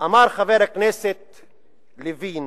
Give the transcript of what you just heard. אמר חבר הכנסת לוין